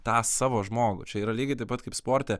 tą savo žmogų čia yra lygiai taip pat kaip sporte